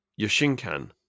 Yoshinkan